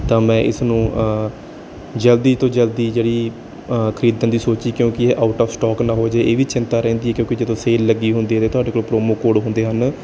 ਤਾਂ ਮੈਂ ਇਸ ਨੂੰ ਜਲਦੀ ਤੋਂ ਜਲਦੀ ਜਿਹੜੀ ਅ ਖਰੀਦਣ ਦੀ ਸੋਚੀ ਇਹ ਕਿਉਂਕਿ ਆਊਟ ਆਫ ਸਟੋਕ ਨਾ ਹੋ ਜਾਵੇ ਇਹ ਵੀ ਚਿੰਤਾ ਰਹਿੰਦੀ ਹੈ ਕਿਉਂਕਿ ਜਦੋਂ ਸੇਲ ਲੱਗੀ ਹੁੰਦੀ ਹੈ ਅਤੇ ਤੁਹਾਡੇ ਕੋਲ ਪ੍ਰੋਮੋ ਕੋਡ ਹੁੰਦੇ ਹਨ